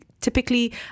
typically